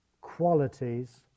qualities